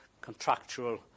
contractual